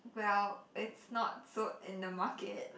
well it's not sold in the market